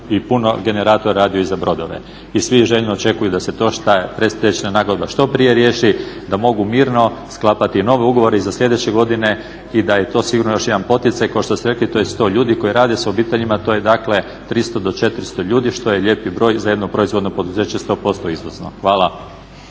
razumije./… radio i za brodove i svi željno očekuju da se predstečajna nagodba što prije riješi, da mogu mirno sklapati nove ugovore i za sljedeće godine i da je to sigurno još jedan poticaj, kao što ste rekli, to je 100 ljudi koji rade sa obiteljima, to je dakle 300 do 400 ljudi što je lijepi broj za jedno proizvodno poduzeće 100% izvozno. Hvala.